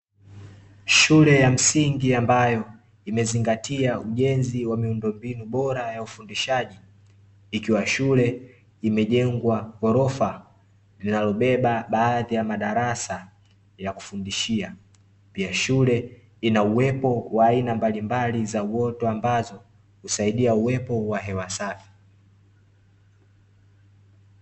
Shule ya msingi ambayo imezingatia ujenzi wa miundombinu bora ya ufundishaji ikiwa shule imejengwa ghorofa linalobeba baadhi ya madarasa yakufundishia. Pia shule ina uwepo wa aina mbalimbali za uoto ambazo, husaidia uwepo wa hewa safi.